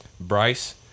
Bryce